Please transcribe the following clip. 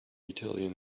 italian